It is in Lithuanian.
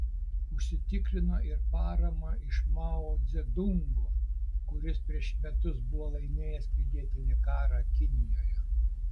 užsitikrino ir paramą iš mao dzedungo kuris prieš metus buvo laimėjęs pilietinį karą kinijoje